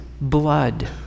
blood